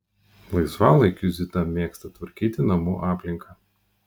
laisvalaikiu zita mėgsta tvarkyti namų aplinką